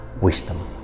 wisdom